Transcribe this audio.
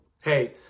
Hey